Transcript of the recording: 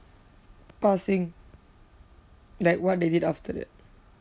passing like what they did after that